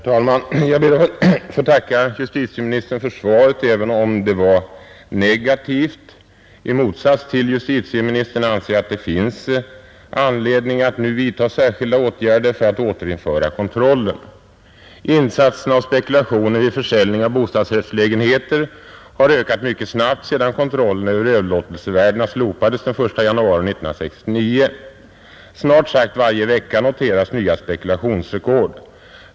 Herr talman! Jag ber att få tacka justitieministern för svaret, även om det var negativt. I motsats till justitieministern anser jag att det finns anledning att nu vidta särskilda åtgärder för att återinföra kontrollen. Insatserna och spekulationen vid försäljning av bostadsrättslägenheter har ökat mycket snabbt sedan kontrollen över överlåtelsevärdena slopades den 1 januari 1969. Snart sagt varje vecka noteras nya spekulationsrekord.